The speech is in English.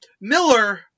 Miller